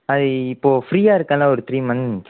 அது இப்போ ஃப்ரீயாக இருக்கேன்ல ஒரு த்ரீ மன்த்ஸ்